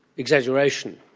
exaggeration?